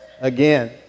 again